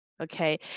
Okay